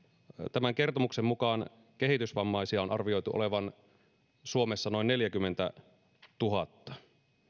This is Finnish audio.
tämän kertomuksen mukaan kehitysvammaisia on arvioitu olevan suomessa noin neljäkymmentätuhatta